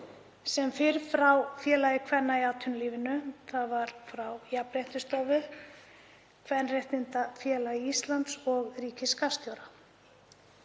Sem fyrr frá Félagi kvenna í atvinnulífinu. Það var frá Jafnréttisstofu, Kvenréttindafélagi Íslands og ríkisskattstjóra.